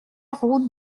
route